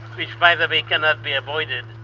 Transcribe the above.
which by the way cannot be avoided.